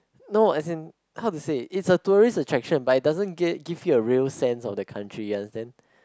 no as in how to say it's a tourist attraction but it doesn't give give you a real sense of the country you understand